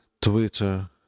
Twitter